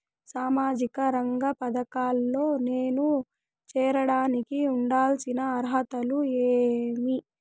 సామాజిక రంగ పథకాల్లో నేను చేరడానికి ఉండాల్సిన అర్హతలు ఏమి?